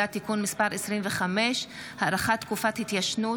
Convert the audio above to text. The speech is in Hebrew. (תיקון מס' 25) (הארכת תקופת התיישנות),